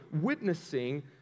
witnessing